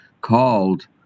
called